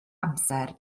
amser